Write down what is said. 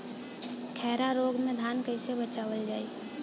खैरा रोग से धान कईसे बचावल जाई?